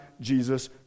Jesus